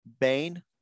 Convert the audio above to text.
Bane